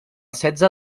setze